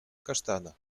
kasztana